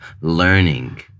learning